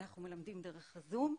אנחנו מלמדים דרך הזום.